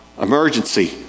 emergency